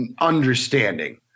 understanding